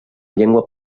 llengua